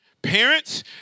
Parents